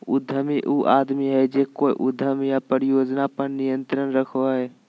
उद्यमी उ आदमी हइ जे कोय उद्यम या परियोजना पर नियंत्रण रखो हइ